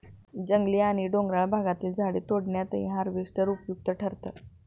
जंगली आणि डोंगराळ भागातील झाडे तोडण्यातही हार्वेस्टर उपयुक्त ठरतात